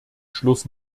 schluss